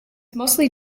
mostly